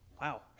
Wow